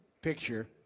picture